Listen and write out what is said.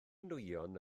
nwyon